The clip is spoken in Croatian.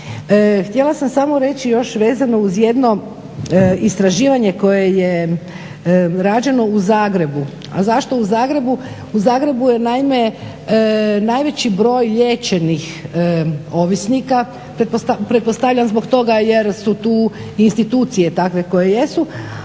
Htjela sam samo reći još vezano uz jedno istraživanje koje je rađeno u Zagrebu, a zašto u Zagrebu? U Zagrebu je naime najveći broj liječenih ovisnika, pretpostavljam zbog toga jer su tu institucije dakle koje jesu,